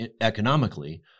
economically